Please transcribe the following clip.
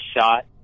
shot